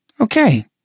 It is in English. Okay